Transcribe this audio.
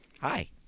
Hi